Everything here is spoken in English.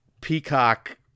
Peacock